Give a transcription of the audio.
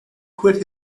quit